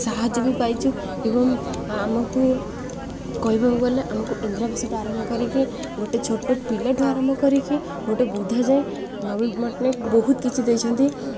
ସାହାଯ୍ୟ ବି ପାଇଛୁ ଏବଂ ଆମକୁ କହିବାକୁ ଗଲେ ଆମକୁ ଇନ୍ଦିରାଆବାସଠୁ ଆରମ୍ଭ କରିକି ଗୋଟେ ଛୋଟ ପିଲାଠୁ ଆରମ୍ଭ କରିକି ଗୋଟେ ବୃଦ୍ଧା ଯାଏଁ ନବୀନ ପଟ୍ଟନାୟକ ବହୁତ କିଛି ଦେଇଛନ୍ତି